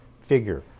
figure